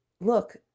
look